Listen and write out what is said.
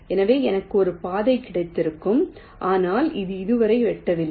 எனவே எனக்கு ஒரு பாதை கிடைத்திருக்கும் ஆனால் அது இதுவரை வெட்டவில்லை